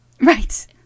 Right